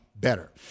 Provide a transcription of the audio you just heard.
Better